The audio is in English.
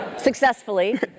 Successfully